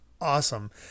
awesome